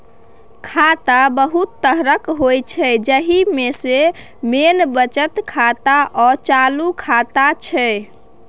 खाता बहुत तरहक होइ छै जाहि मे सँ मेन बचत खाता आ चालू खाता छै